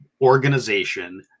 organization